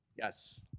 Yes